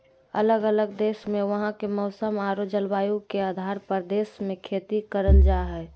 अलग अलग देश मे वहां के मौसम आरो जलवायु के आधार पर देश मे खेती करल जा हय